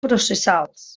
processals